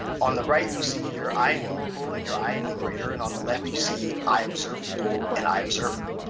on the right, you see your ienumerable and your ienumerable, and on the left you see iobservable and iobserver.